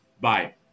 Bye